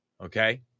Okay